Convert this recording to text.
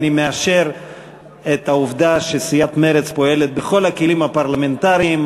אני מאשר את העובדה שסיעת מרצ פועלת בכל הכלים הפרלמנטריים,